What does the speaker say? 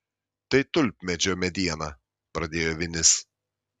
tai tulpmedžio mediena pradėjo vinis